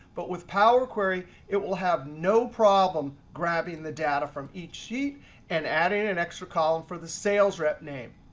but with power query, it will have no problem grabbing the data from each sheet and adding an extra column for the sales rep name.